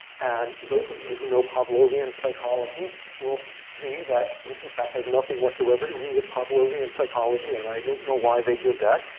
and those of you who know pavlovian psychology will see that this, in fact, has nothing whatsoever to do with pavlovian psychology, and i don't know why they did that.